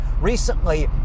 recently